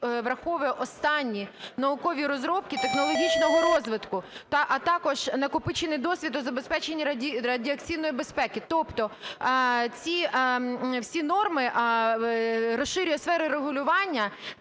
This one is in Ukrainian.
враховує останні наукові розробки технологічного розвитку, а також накопичений досвід у забезпеченні радіаційної безпеки. Тобто ці всі норми… розширює сфери регулювання